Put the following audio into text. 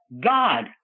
god